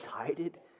excited